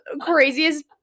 craziest